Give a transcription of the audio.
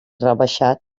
rebaixat